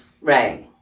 Right